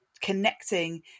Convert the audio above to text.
connecting